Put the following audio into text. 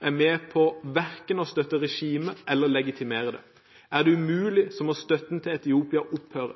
er med på verken å støtte regimet eller legitimere det. Er det umulig, må støtten til Etiopia opphøre.